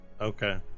Okay